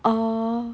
oh